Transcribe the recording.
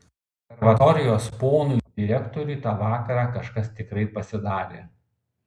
konservatorijos ponui direktoriui tą vakarą kažkas tikrai pasidarė